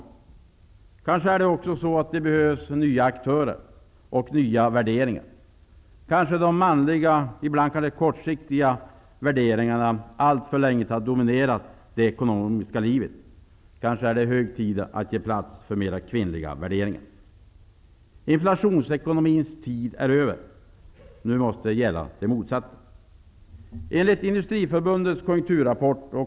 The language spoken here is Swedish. Det kanske också behövs nya aktörer och nya värderingar. De manliga, ibland litet kortsiktiga, värderingarna har kanske alltför länge dominerat det ekonomiska livet. Det kanske är hög tid att ge plats för mera kvinnliga värderingar. Inflationsekonomins tid är över. Nu måste det motsatta få gälla.